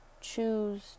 choose